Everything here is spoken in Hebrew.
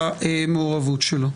במעורבות שלנו.